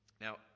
Now